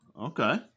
Okay